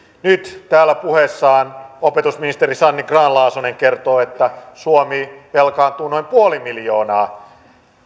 nyt täällä puheessaan opetusministeri sanni grahn laasonen kertoo että suomi velkaantuu noin puoli miljoonaa